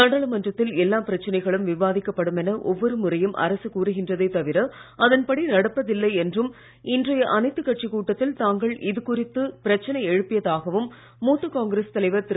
நாடாளுமன்றத்தில் எல்லா பிரச்சனைகளும் விவாதிக்கப்படும் என ஒவ்வொரு முறையும் அரசு கூறுகின்றதே தவிர அதன்படி நடப்பதில்லை என்றும் இன்றைய அனைத்துக் கட்சிக் கூட்டத்தில் தாங்கள் இது குறித்து பிரச்சனை எழுப்பியதாகவும் மூத்த காங்கிரஸ் தலைவர் திரு